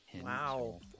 Wow